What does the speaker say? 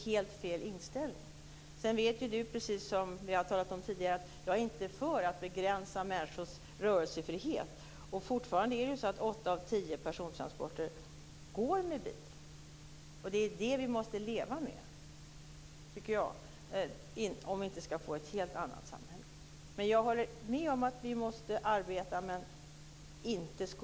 Studier visar att det är något som hänger med hela livet om man inte får hjälp snabbt. Under kvällen kommer också frågan om Bilprovningen och privatiseringen av Bilprovningen att tas upp av Jan-Evert Rådhström, så den bryr jag mig inte om att ta upp nu.